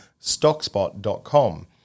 Stockspot.com